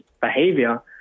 behavior